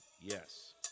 Yes